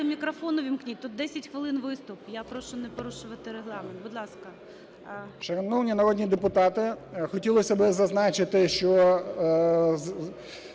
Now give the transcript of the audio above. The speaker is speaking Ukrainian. мікрофон увімкніть. Тут 10 хвилин виступ, я прошу не порушувати регламент. Будь ласка. 17:25:17 БЛИЗНЮК М.Д. Шановні народні депутати, хотілося би зазначити, що